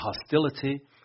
hostility